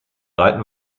reiten